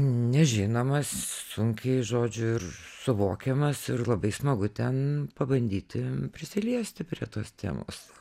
nežinomas sunkiai žodžiu ir suvokiamas labai smagu ten pabandyti prisiliesti prie tos temos